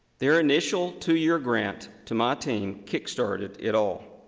their initial two-year grant to my team kick started it all.